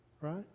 Right